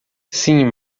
sim